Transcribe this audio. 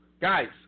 Guys